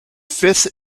fifth